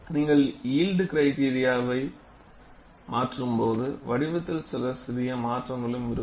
நீங்கள் யில்ட் கிரைடிரியாவை மாற்றும்போது வடிவத்தில் சில சிறிய மாற்றங்களும் இருக்கும்